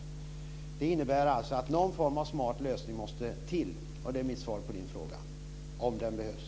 Det innebär att någon form av smart lösning måste till. Det är mitt svar på din fråga om den behövs.